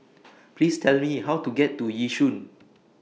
Please Tell Me How to get to Yishun